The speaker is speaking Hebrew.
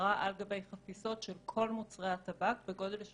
אזהרה על גבי חפיסות של כל מוצרי הטבק בגודל של